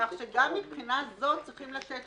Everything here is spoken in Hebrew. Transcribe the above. כך שגם מבחינה זאת צריך לתת